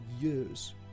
years